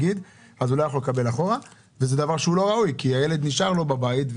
הוא לא יכול לקבל אחורה וזה דבר שהוא לא ראוי כי הילד נשאר בבית.